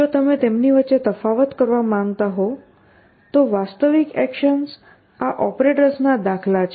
જો તમે તેમની વચ્ચે તફાવત કરવા માંગતા હો તો વાસ્તવિક એકશન્સ આ ઓપરેટર્સનાં દાખલા છે